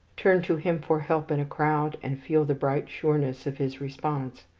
turn to him for help in a crowd, and feel the bright sureness of his response.